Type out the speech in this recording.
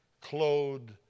clothed